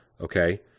Okay